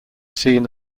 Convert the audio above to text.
seen